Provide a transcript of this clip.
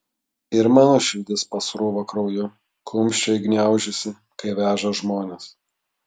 ir mano širdis pasrūva krauju kumščiai gniaužiasi kai veža žmones